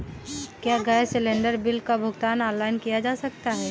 क्या gas cylinder bill का भुगतान ऑनलाइन किया जा सकता है?